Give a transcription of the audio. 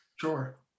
sure